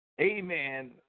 amen